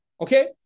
Okay